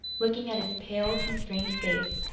looking at his pale, constrained face,